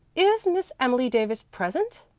is miss emily davis present?